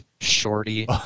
shorty